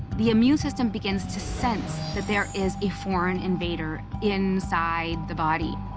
the immune system begins to sense that there is a foreign invader inside the body.